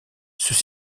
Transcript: ceux